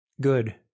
good